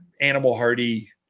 animal-hardy